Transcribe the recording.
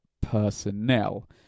personnel